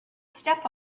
step